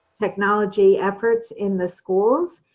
technology efforts in the schools,